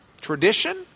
tradition